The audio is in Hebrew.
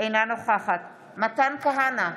אינה נוכחת מתן כהנא,